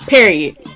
Period